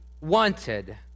wanted